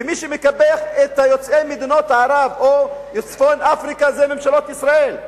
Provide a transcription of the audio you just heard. ומי שמקפח את יוצאי מדינות ערב או צפון-אפריקה אלו ממשלות ישראל.